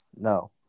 No